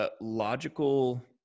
logical